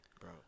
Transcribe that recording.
bro